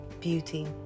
beauty